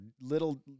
little